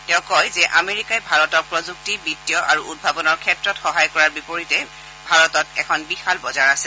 তেওঁ কয় যে আমেৰিকাই ভাৰতক প্ৰযুক্তি বিত্তীয় আৰু উদ্ভাৱনৰ ক্ষেত্ৰত সহায় কৰাৰ বিপৰীতে ভাৰতত এখন বিশাল বজাৰ আছে